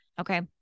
okay